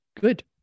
Good